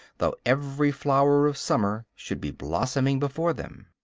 though every flower of summer should be blossoming before them.